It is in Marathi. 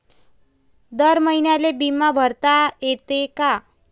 दर महिन्याले बिमा भरता येते का?